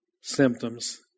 symptoms